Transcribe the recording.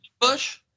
Bush